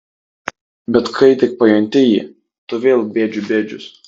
bet kai tik pajunti jį tu vėl bėdžių bėdžius